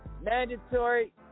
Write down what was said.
mandatory